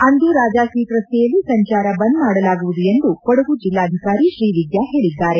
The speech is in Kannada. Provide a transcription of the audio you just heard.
ಅಂದು ರಾಜಾ ಸೀಟ್ ರಸ್ತೆಯಲ್ಲಿ ಸಂಚಾರ ಬಂದ್ ಮಾಡಲಾಗುವುದು ಎಂದೂ ಕೊಡಗು ಜೆಲ್ಲಾಧಿಕಾರಿ ಶ್ರೀವಿದ್ಯಾ ಹೇಳಿದ್ದಾರೆ